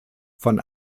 von